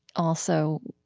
also,